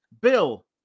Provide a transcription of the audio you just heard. Bill